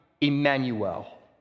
Emmanuel